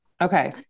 Okay